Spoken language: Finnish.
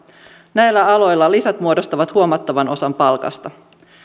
näillä aloilla lisät muodostavat huomattavan osan palkasta